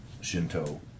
Shinto